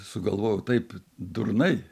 sugalvojau taip durnai